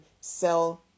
sell